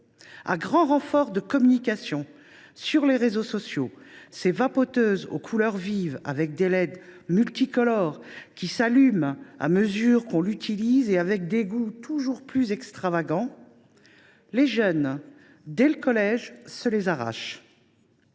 à grand renfort de communication sur les réseaux sociaux. Ces vapoteuses aux couleurs vives portant des leds multicolores qui s’allument à mesure qu’on les utilise, et aux goûts toujours plus extravagants, les jeunes se les arrachent